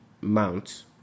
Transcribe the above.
mount